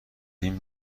این